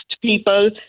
people